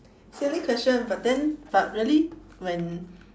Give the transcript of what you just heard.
silly question but then but really when